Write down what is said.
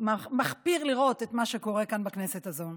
מחפיר לראות את מה שקורה כאן בכנסת הזאת.